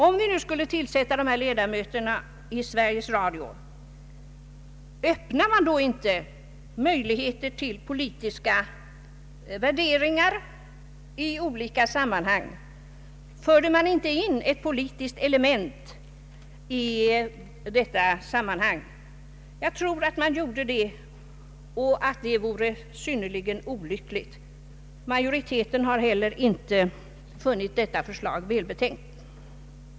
Om nu riksdagen skulle tillsätta ledamöter i radionämnden, för man då inte in ett politiskt element i detta sammanhang med risk för politisk styrning? Jag tror att så skulle bli fallet och att det vore synnerligen olyckligt. Majoriteten har heller inte funnit detta förslag välbetänkt.